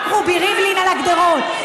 רק רובי ריבלין על הגדרות.